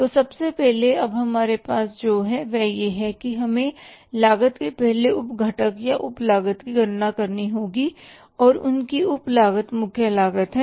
तो सबसे पहले अब हमारे पास जो है वह यह है कि हमें लागत के पहले उप घटक या उप लागत की गणना करनी होगी और उनकी उप लागत मुख्य लागत है